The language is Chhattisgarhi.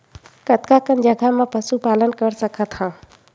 कतका कन जगह म पशु पालन कर सकत हव?